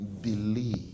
believe